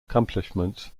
accomplishments